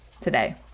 today